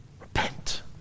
Repent